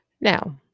Now